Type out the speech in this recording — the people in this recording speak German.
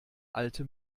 alte